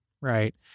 Right